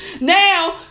Now